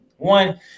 One